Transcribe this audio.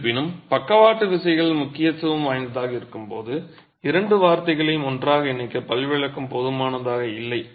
இருப்பினும் பக்கவாட்டு விசைகள் முக்கியத்துவம் வாய்ந்ததாக இருக்கும் போது இரண்டு வார்த்தைகளையும் ஒன்றாக இணைக்க பல்விளக்கம் போதுமானதாக இல்லை